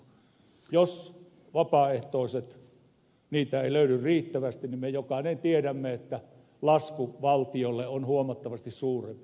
jos vapaaehtoisia ei löydy riittävästi niin me jokainen tiedämme että lasku valtiolle on huomattavasti suurempi